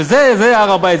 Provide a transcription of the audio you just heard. שזה הר-הבית,